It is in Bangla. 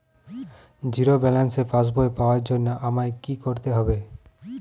জিরো ব্যালেন্সের পাসবই পাওয়ার জন্য আমায় কী করতে হবে?